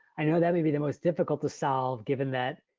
i know that may be the most difficult to solve given that,